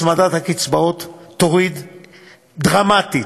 הצמדת הקצבאות תוריד דרמטית,